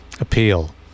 appeal